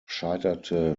scheiterte